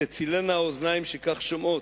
תצילנה האוזניים שכך שומעות.